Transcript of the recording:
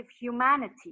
humanity